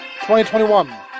2021